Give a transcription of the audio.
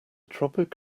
tropic